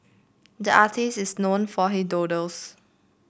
the artist is known for he doodles